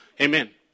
Amen